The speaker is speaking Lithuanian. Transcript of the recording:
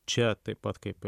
čia taip pat kaip